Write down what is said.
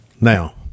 Now